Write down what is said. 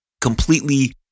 completely